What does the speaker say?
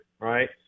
right